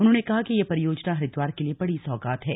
उन्होंने कहा कि यह परियोजना हरिद्वार के लिए बड़ी सौगात है